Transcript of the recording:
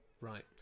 Right